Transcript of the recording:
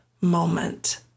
moment